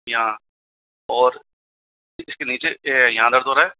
यहाँ और इसके नीचे यहाँ दर्द हो रहा है